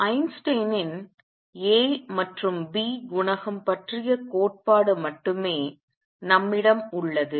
ஐன்ஸ்டீனின் a மற்றும் b குணகம் பற்றிய கோட்பாடு மட்டுமே நம்மிடம் உள்ளது